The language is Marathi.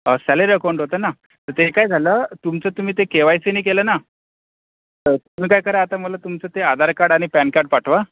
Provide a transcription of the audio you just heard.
सॅलरी अकाउंट होतं ना तर ते काय झालं तुमचं तुम्ही ते के वाय सी नाही केलं ना तर तुम्ही काय करा आता मला तुमचं ते आधार कार्ड आणि पॅन कार्ड पाठवा